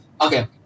Okay